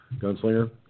Gunslinger